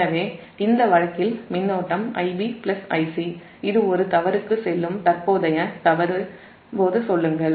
எனவே இந்த வழக்கில் மின்னோட்டம் Ib Ic இது ஒரு தவறுக்கு செல்லும் தற்போதைய தவறு என்று சொல்லுங்கள்